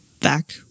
back